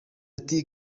ati